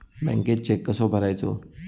बँकेत चेक कसो भरायचो?